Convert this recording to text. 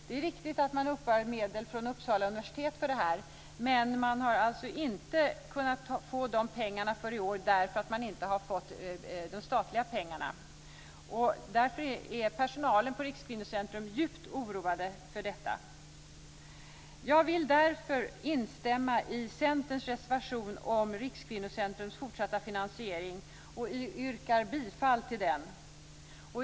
Det är riktigt att man uppbär medel från Uppsala universitet för det här men man har alltså inte kunnat få de pengarna för i år. Man har nämligen inte fått de statliga pengarna. Därför är personalen på Rikskvinnocentrum djupt oroad. Jag vill mot den bakgrunden instämma i Centerns reservation om Rikskvinnocentrums fortsatta finansiering och yrkar bifall till den reservationen.